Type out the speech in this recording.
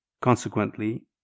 Consequently